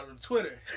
Twitter